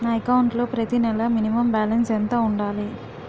నా అకౌంట్ లో ప్రతి నెల మినిమం బాలన్స్ ఎంత ఉండాలి?